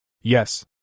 Yes